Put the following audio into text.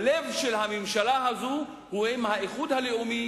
הלב של הממשלה הזו הוא עם האיחוד הלאומי,